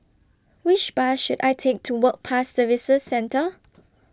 Which Bus should I Take to Work Pass Services Centre